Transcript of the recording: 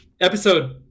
episode